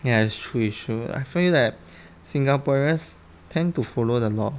ya it's true it's true I feel that singaporeans tend to follow the law